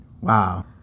Wow